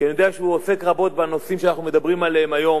כי אני יודע שהוא עוסק רבות בנושאים שאנחנו מדברים עליהם היום.